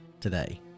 today